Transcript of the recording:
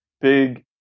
big